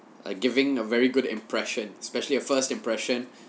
err giving a very good impression especially a first impression